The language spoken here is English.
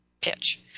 pitch